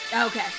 Okay